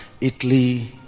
Italy